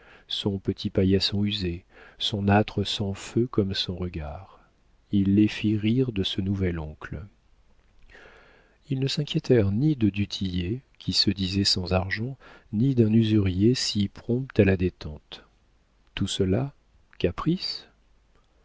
son petit paillasson usé son âtre sans feu comme son regard il les fit rire de ce nouvel oncle ils ne s'inquiétèrent ni de du tillet qui se disait sans argent ni d'un usurier si prompt à la détente tout cela